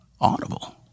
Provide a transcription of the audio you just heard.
Audible